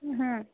হুম